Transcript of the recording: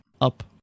up